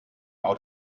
out